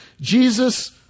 Jesus